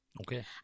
Okay